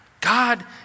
God